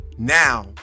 now